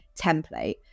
template